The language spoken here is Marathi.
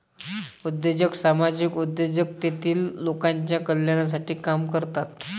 उद्योजक सामाजिक उद्योजक तेतील लोकांच्या कल्याणासाठी काम करतात